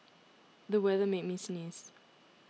the weather made me sneeze